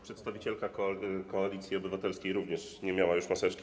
Przedstawicielka Koalicji Obywatelskiej również nie miała maseczki.